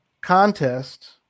contest